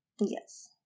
Yes